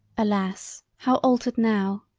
alas! how altered now!